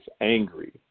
angry